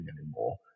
anymore